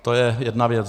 To je jedna věc.